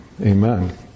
Amen